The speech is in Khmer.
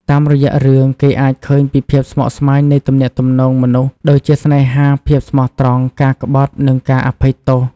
តាមរយៈរឿង គេអាចឃើញពីភាពស្មុគស្មាញនៃទំនាក់ទំនងមនុស្ស ដូចជាស្នេហា ភាពស្មោះត្រង់ ការក្បត់ និងការអភ័យទោស។